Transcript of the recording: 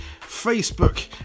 Facebook